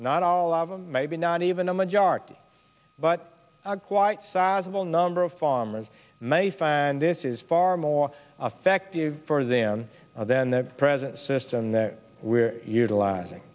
not all of them maybe not even a majority but quite sizable number of farmers may find this is far more effective for them than the present system that we're utilizing